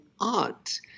art